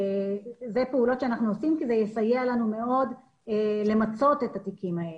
אלה פעולות שאנחנו עושים כדי לסייע לנו מאוד למצות את התיקים האלה.